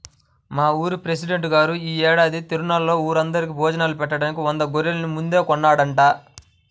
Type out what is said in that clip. మా ఊరి పెసిడెంట్ గారు యీ ఏడాది తిరునాళ్ళలో ఊరందరికీ భోజనాలు బెట్టడానికి వంద గొర్రెల్ని ముందే కొన్నాడంట